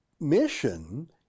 mission